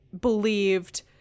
believed